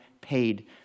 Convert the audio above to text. paid